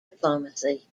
diplomacy